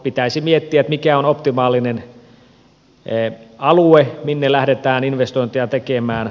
pitäisi miettiä mikä on optimaalinen alue minne lähdetään investointeja tekemään